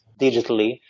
digitally